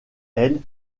elles